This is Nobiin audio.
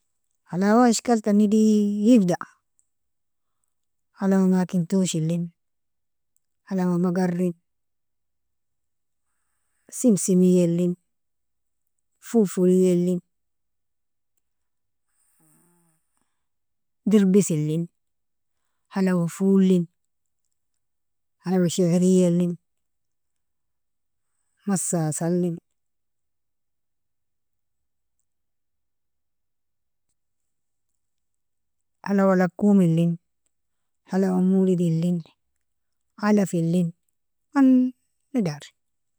Halawa ishkaltan digda halawa makintoshi, elin halawa bagarin, simsimi elin, fufuli elin, dirbisi elin halawa foulin, halawa shaari elin, masasa elin halawa lakum elin, halawa mawlid, alafi elin, malidari.